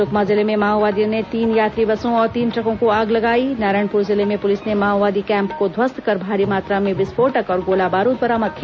सुकमा जिले में माओवादियों ने तीन यात्री बसों और तीन ट्रकों को आग लगाई नारायणपुर जिले में पुलिस ने माओवादी कैम्प को ध्वस्त कर भारी मात्रा में विस्फोटक और गोला बारूद बरामद किया